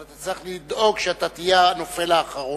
אבל אתה צריך לדאוג שאתה תהיה הנופל האחרון.